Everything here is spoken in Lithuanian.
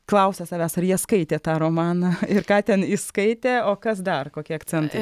klausia savęs ar jie skaitė tą romaną ir ką ten įskaitė o kas dar kokie akcentai